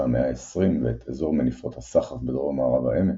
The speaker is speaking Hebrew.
המאה העשרים ואת אזור מניפות הסחף בדרום מערב העמק,